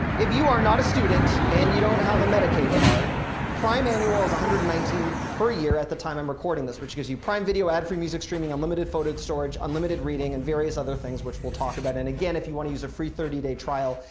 if you are not a student and you don't have a medicaid card prime manual is one hundred and nineteen per year at the time i'm recording this which gives you prime video ad free music streaming, unlimited photo storage, unlimited reading and various other things which we'll talk about. and again, if you want to use a free thirty day trial,